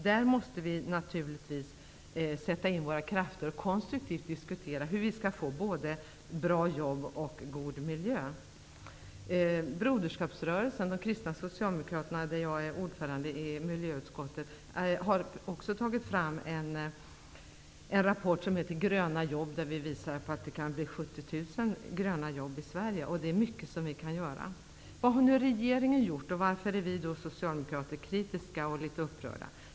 Vi måste naturligtvis sätta in våra krafter och konstruktivt diskutera hur vi skall få både bra jobb och god miljö. Broderskapsrörelsen, de kristna socialdemokraterna, i vars miljöutskott jag är ordförande, har tagit fram en rapport som heter Gröna jobb. Den visar att det kan skapas 70 000 gröna jobb i Sverige och att det finns mycket som vi kan göra. Vad har nu regeringen gjort och varför är vi socialdemokrater kritiska och litet upprörda?